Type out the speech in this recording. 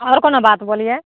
औओरो कोनो बात बोलिए